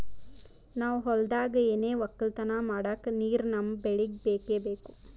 ನಾವ್ ಹೊಲ್ದಾಗ್ ಏನೆ ವಕ್ಕಲತನ ಮಾಡಕ್ ನೀರ್ ನಮ್ ಬೆಳಿಗ್ ಬೇಕೆ ಬೇಕು